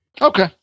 Okay